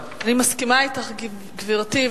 אני מסכימה אתך, גברתי.